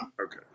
Okay